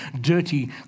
dirty